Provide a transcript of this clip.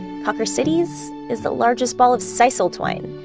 cawker city's is the largest ball of sisal twine.